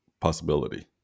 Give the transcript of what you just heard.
possibility